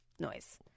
noise